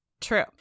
True